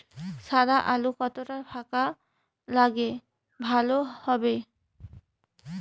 সাদা আলু কতটা ফাকা লাগলে ভালো হবে?